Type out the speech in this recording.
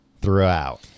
throughout